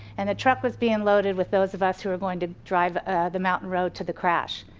and the truck was being loaded with those of us who were going to drive the mountain road to the crash.